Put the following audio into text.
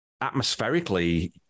atmospherically